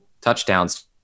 touchdowns